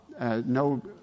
no